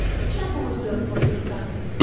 a chapel was built for the infanta,